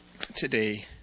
today